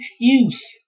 excuse